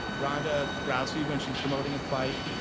ronda rousey, when she's promoting a fight.